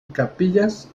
capillas